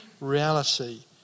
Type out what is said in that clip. reality